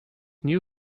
new